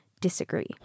disagree